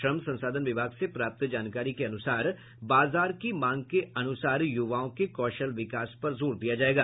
श्रम संसाधन विभाग से प्राप्त जानकारी के अनुसार बाजार की मांग के अनुसार युवाओं के कौशल विकास पर जोर दिया जायेगा